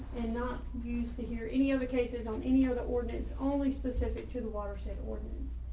and not us to hear any other cases on any of the ordinance only specific to the watershed ordinance.